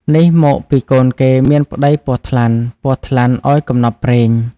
នេះមកពីកូនគេមានប្ដីពស់ ថ្លាន់ ពស់ថ្លាន់ឱ្យកំណប់ព្រេង ”។